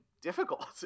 difficult